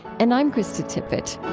and i'm krista tippett